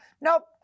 nope